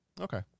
Okay